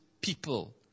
people